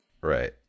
right